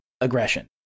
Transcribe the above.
aggression